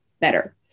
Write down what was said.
better